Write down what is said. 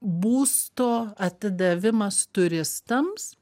būsto atidavimas turistams